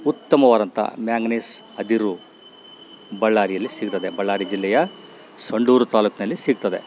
ಉತ್ತಮವಾದಂತಹ ಮ್ಯಾಂಗ್ನಿಸ್ ಅದಿರು ಬಳ್ಳಾರಿಯಲ್ಲಿ ಸಿಗುತ್ತದೆ ಬಳ್ಳಾರಿ ಜಿಲ್ಲೆಯ ಸಂಡೂರು ತಾಲುಕಿನಲ್ಲಿ ಸಿಗುತ್ತದೆ